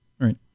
right